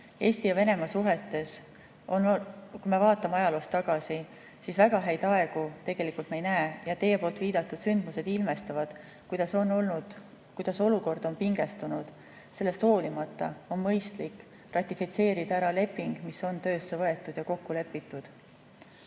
Eesti ja Venemaa suhetes, kui me vaatame ajaloos tagasi, väga häid aegu tegelikult me ei näe ja teie viidatud sündmused ilmestavad, kuidas olukord on pingestunud. Sellest hoolimata on mõistlik ratifitseerida leping, mis on töösse võetud ja kokku lepitud.